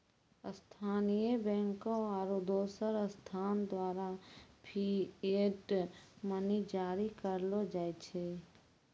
स्थानीय बैंकों आरू दोसर संस्थान द्वारा फिएट मनी जारी करलो जाय छै